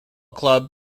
club